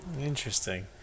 Interesting